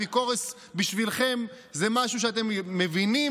אפיקורוס בשבילכם זה משהו שאתם מבינים,